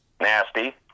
Nasty